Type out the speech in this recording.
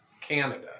Canada